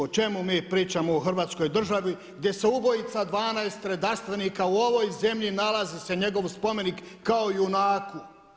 O čemu mi pričamo u hrvatskoj državi gdje se ubojica 12 redarstvenika u ovoj zemlji nalazi se njegov spomenik kao junaku.